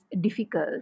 difficult